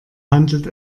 handelt